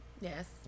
Yes